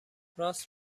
راست